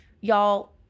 y'all